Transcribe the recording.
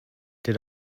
did